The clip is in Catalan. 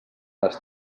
les